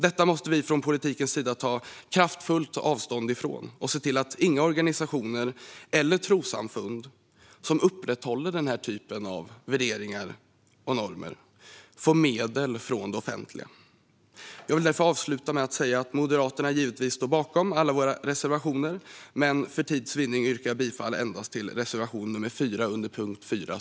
Detta måste vi från politikens sida ta kraftfullt avstånd från och se till att inga organisationer eller trossamfund som upprätthåller värderingar och normer som dessa får medel från det offentliga. Jag vill avsluta med att säga att Moderaterna givetvis står bakom alla sina reservationer, men för tids vinnande yrkar jag bifall endast till reservation nr 4 under punkt 4.